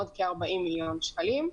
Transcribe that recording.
עוד כ-40 מיליון שקלים.